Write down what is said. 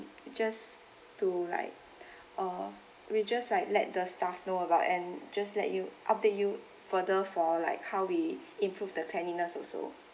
just to like (uh)we'll just like let the staff know about and just let you update you further for like how we improve the cleanliness also